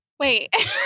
Wait